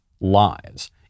lies